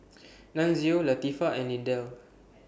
Nunzio Latifah and Lindell